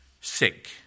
Sick